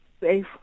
safe